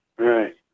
Right